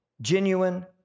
genuine